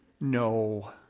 No